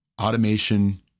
automation